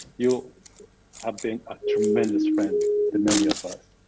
you have been a tremendous friend to many of us.